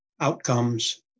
outcomes